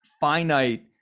finite